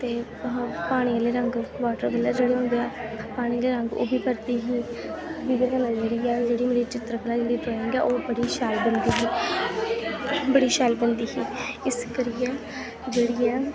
ते पानी आह्ले रंग बाटर कलर जेह्ड़े होंदे ऐ पानी आह्ले रंग ओह् बी भरदी ही एह्दे कन्नै जेह्ड़ी ऐ जेह्ड़ी मेरी चित्तरकला जेहड़ी ड्राईंग ऐ ओह् बड़ी शैल बनदी ही बड़ी शैल बनदी ही इस करियै जेह्ड़ी ऐ